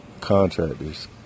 Contractors